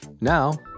Now